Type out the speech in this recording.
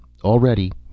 Already